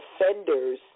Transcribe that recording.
offenders